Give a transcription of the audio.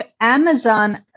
Amazon